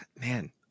man